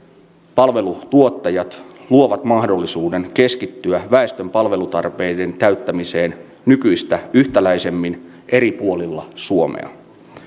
palvelutuottajat luovat mahdollisuuden keskittyä väestön palvelutarpeiden täyttämiseen nykyistä yhtäläisemmin eri puolilla suomea